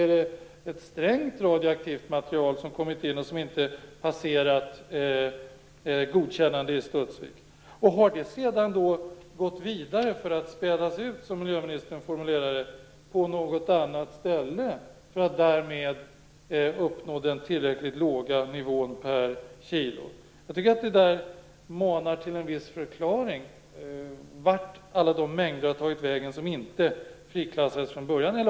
Är det ett strängt radioaktivt material som kommit in och som inte har passerat ett godkännande i Studsvik? Har det sedan gått vidare för att spädas ut - som miljöministern formulerade det - på något annat ställe, för att därmed uppnå den tillräckligt låga nivån per kilo? Jag tycker att detta manar till en viss förklaring. Var har alla de mängder tagit vägen som inte friklassats från början?